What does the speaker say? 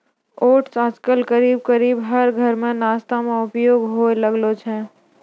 oats आजकल करीब करीब हर घर मॅ नाश्ता मॅ उपयोग होय लागलो छै